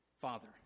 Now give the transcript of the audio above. Father